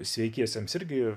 sveikiesiems irgi